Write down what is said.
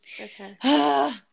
Okay